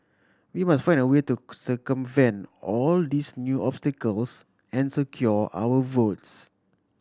we must find a way to circumvent all these new obstacles and secure our votes